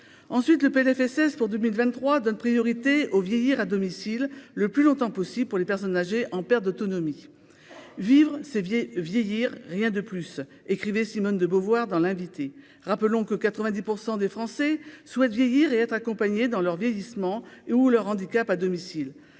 ensuite le Plfss pour 2023 donne priorité aux vieillir à domicile le plus longtemps possible pour les personnes âgées en perte d'autonomie vivre ces Vié vieillir, rien de plus, écrivez Simone de Beauvoir dans l'inviter, rappelons que 90 % des Français souhaitent vieillir et être accompagnées dans leur vieillissement ou leur handicap à domicile